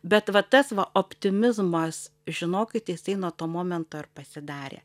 bet va tas va optimizmas žinokit jisai nuo to momento ir pasidarė